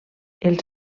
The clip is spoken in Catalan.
els